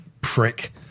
prick